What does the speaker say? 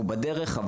ואכן אנחנו בדרך לשם,